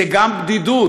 זה גם בדידות.